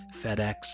FedEx